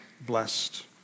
blessed